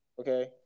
okay